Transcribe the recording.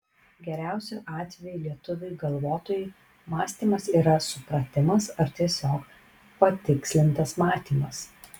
geriausiu atveju lietuviui galvotojui mąstymas yra supratimas ar tiesiog patikslintas matymas